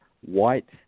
white